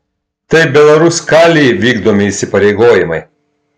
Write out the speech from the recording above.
tai belaruskalij vykdomi įsipareigojimai